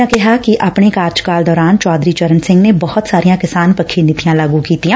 ਉਨ੍ਹਾਂ ਕਿਹਾ ਕਿ ਆਪਣੇ ਕਾਰਜਕਾਲ ਦੌਰਾਨ ਚੌਧਰੀ ਚਰਨ ਸਿੰਘ ਨੇ ਬਹੁਤ ਸਾਰੀਆਂ ਕਿਸਾਨ ਪੱਖੀ ਨੀਤੀਆਂ ਲਾਗੁ ਕੀਤੀਆਂ